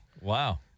Wow